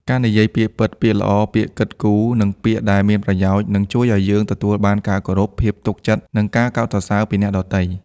ការនិយាយពាក្យពិត ពាក្យល្អ ពាក្យគិតគូរ និងពាក្យដែលមានប្រយោជន៍ នឹងជួយឱ្យយើងទទួលបានការគោរព ភាពទុកចិត្ត និងការកោតសរសើរពីអ្នកដទៃ។